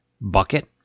bucket